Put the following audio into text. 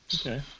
Okay